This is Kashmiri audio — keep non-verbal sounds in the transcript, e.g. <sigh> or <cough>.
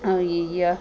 <unintelligible>